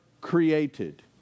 created